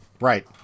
Right